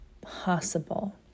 possible